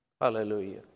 Hallelujah